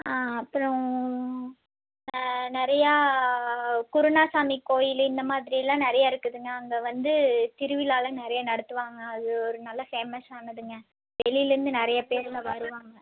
அப்புறோம் நிறையா குறுநா சாமி கோயில் இந்த மாதிரியலாம் நிறையா இருக்குதுங்க அங்கே வந்து திருவிழாலாம் நிறையா நடத்துவாங்க அது ஒரு நல்ல ஃபேமஸ்ஸானதுங்க வெளிலேந்து நிறைய பேர் எல்லாம் வருவாங்க